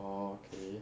orh K